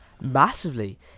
massively